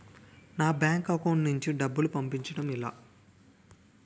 నా bank account నుంచి డబ్బును పంపించడం ఎలా?